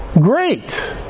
great